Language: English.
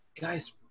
guys